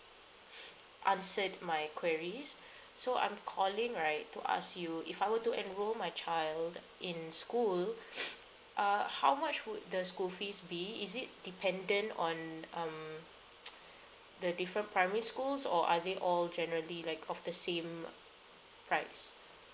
answered my queries so I'm calling right to ask you if I were to enroll my child in school uh how much would the school fees be is it dependent on um the different primary schools or are they all generally like of the same price